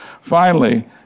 Finally